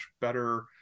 better